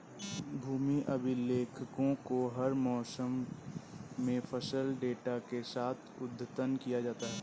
भूमि अभिलेखों को हर मौसम में फसल डेटा के साथ अद्यतन किया जाता है